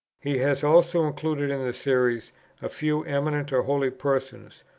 he has also included in the series a few eminent or holy persons,